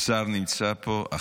השר נמצא פה?